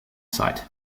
site